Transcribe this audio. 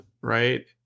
right